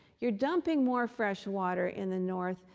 you're dumping more fresh water in the north,